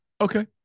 Okay